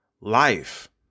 life